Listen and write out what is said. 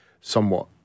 somewhat